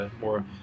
more